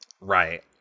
Right